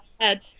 head